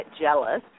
jealous